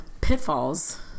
pitfalls